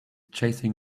chasing